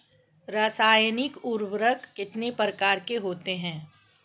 रासायनिक उर्वरक कितने प्रकार के होते हैं?